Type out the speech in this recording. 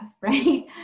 right